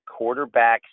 quarterbacks